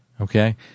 Okay